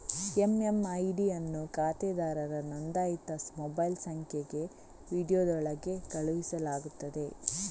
MMID ಅನ್ನು ಖಾತೆದಾರರ ನೋಂದಾಯಿತ ಮೊಬೈಲ್ ಸಂಖ್ಯೆಗೆ ವಿಂಡೋದೊಳಗೆ ಕಳುಹಿಸಲಾಗುತ್ತದೆ